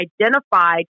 identified